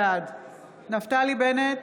בעד נפתלי בנט,